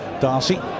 Darcy